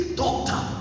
doctor